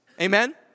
Amen